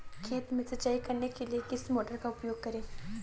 खेत में सिंचाई करने के लिए किस मोटर का उपयोग करें?